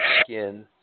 skin